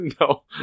No